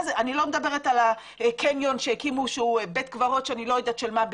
אני לא מדברת על הקניון שהקימו שהוא בית קברות בהרצליה.